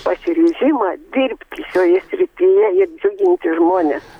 pasiryžimą dirbti šioje srityje ir džiuginti žmones